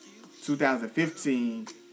2015